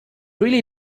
really